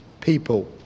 people